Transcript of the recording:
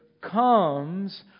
comes